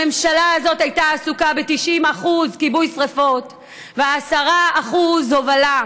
הממשלה הזאת הייתה עסוקה 90% בכיבוי שרפות ו-10% הובלה.